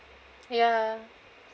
ya